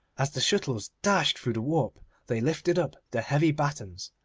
as the shuttles dashed through the warp they lifted up the heavy battens,